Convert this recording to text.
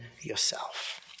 yourself